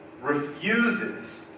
refuses